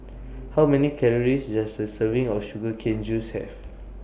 How Many Calories Does A Serving of Sugar Cane Juice Have